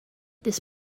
this